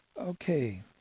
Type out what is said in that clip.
Okay